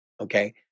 Okay